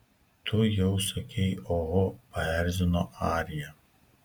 tu jau sakei oho paerzino arija